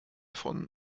von